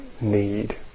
need